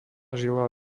žila